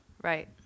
Right